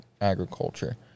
agriculture